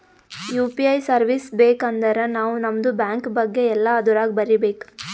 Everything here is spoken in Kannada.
ಯು ಪಿ ಐ ಸರ್ವೀಸ್ ಬೇಕ್ ಅಂದರ್ ನಾವ್ ನಮ್ದು ಬ್ಯಾಂಕ ಬಗ್ಗೆ ಎಲ್ಲಾ ಅದುರಾಗ್ ಬರೀಬೇಕ್